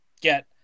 get